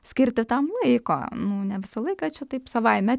skirti tam laiko nu ne visą laiką čia taip savaime